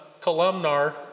columnar